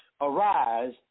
arise